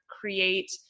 create